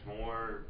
more